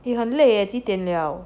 也很累啊几点了